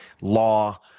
law